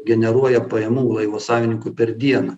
generuoja pajamų laivo savininkui per dieną